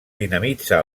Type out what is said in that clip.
dinamitza